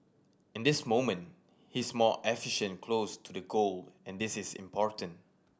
in this moment he is more efficient close to the goal and this is important